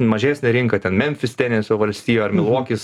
mažesnė rinka ten memfis tenesio valstija ar milvokis